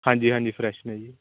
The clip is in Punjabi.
ਹਾਂਜੀ ਹਾਂਜੀ ਫਰੈੱਸ਼ ਨੇ ਜੀ